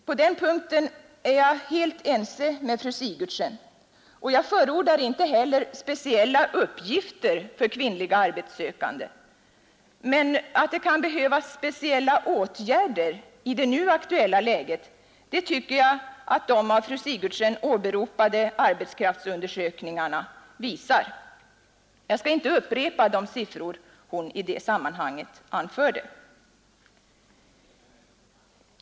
På den punkten är jag helt ense med fru Sigurdsen och jag förordar inte heller speciella uppgifter för kvinnliga arbetssökande. Att det kan behövas speciella åtgärder i det nu aktuella läget tycker jag de av fru Sigurdsen åberopade arbetskraftsundersökningarna visar. Jag skall inte upprepa de siffror hon i det sammanhanget anförde.